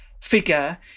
figure